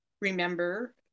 remember